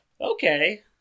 Okay